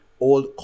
old